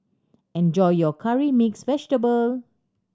enjoy your Curry Mixed Vegetable